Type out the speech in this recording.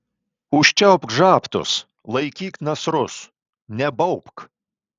užčiaupk žabtus laikyk nasrus nebaubk